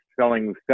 selling